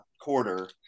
quarter